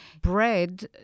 bread